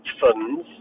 funds